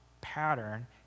pattern